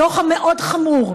בדוח המאוד-חמור,